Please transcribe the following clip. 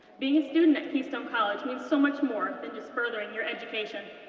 being a student at keystone college means so much more than just furthering your education,